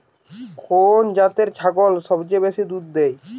কোন জাতের ছাগল সবচেয়ে বেশি দুধ দেয়?